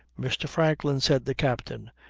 mr. franklin, said the captain,